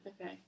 Okay